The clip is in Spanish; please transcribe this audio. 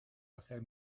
hacer